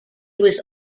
was